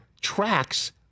tracks